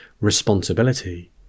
responsibility